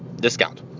discount